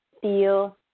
feel